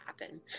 happen